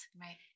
right